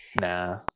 Nah